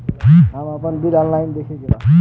हमे आपन bill online देखे के बा?